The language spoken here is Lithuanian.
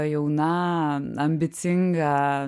jauna ambicinga